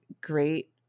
great